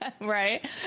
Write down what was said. Right